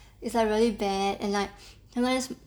is like very bad and like sometimes